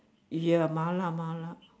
ya mala mala